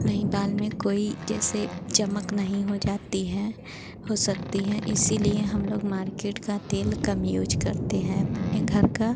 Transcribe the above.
नहीं बाल में कोई जैसे चमक नहीं हो जाती है हो सकती है इसीलिए हमलोग मार्केट का तेल कम यूज़ करते हैं अपने घर का